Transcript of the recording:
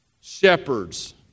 shepherds